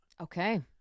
Okay